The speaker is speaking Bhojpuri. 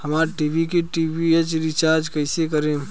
हमार टी.वी के डी.टी.एच के रीचार्ज कईसे करेम?